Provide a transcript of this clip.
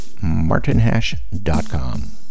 martinhash.com